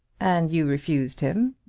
and you refused him?